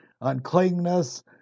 uncleanness